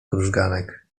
krużganek